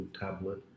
tablet